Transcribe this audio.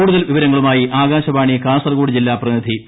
കൂടുതൽ വിവരങ്ങളുമായി ആകാശവാണി കാസർഗോഡ് ജില്ലാ പ്രതിനിധി പി